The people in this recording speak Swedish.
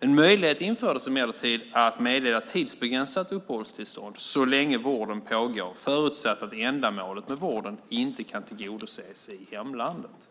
En möjlighet infördes emellertid att meddela tidsbegränsat uppehållstillstånd så länge vården pågår förutsatt att ändamålet med vården inte kan tillgodoses i hemlandet.